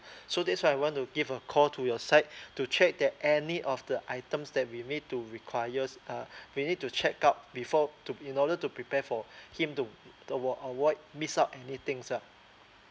so that's why I want to give a call to your side to check that any of the items that we may to requires uh we need to check out before to in order to prepare for him to to avoid avoid miss out anything lah